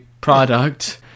Product